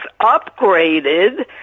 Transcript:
upgraded